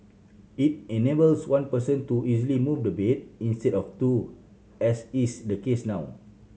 it enables one person to easily move the bed instead of two as is the case now